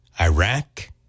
Iraq